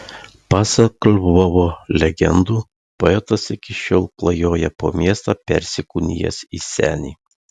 pasak lvovo legendų poetas iki šiol klajoja po miestą persikūnijęs į senį